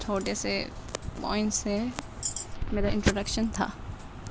چھوٹے سے پوائنٹس ہیں میرا انٹروڈکشن تھا